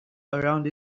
around